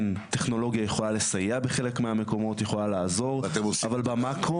כן טכנולוגיה יכולה לסייע בחלק מהמקומות יכולה לעזור אבל במאקרו.